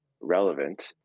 relevant